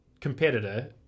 competitor